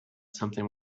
something